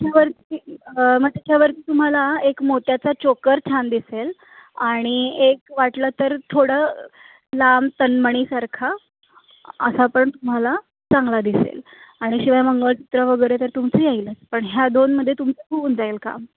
त्याच्यावरती मग त्याच्यावरती तुम्हाला एक मोत्याचा चोकर छान दिसेल आणि एक वाटलं तर थोडं लांब तनमणीसारखा असा पण तुम्हाला चांगला दिसेल आणि शिवाय मंगळसूत्र वगैरे तर तुमचं येईलच पण ह्या दोनमध्ये तुमचं होऊन जाईल काम